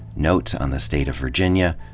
notes on the state of virg inia,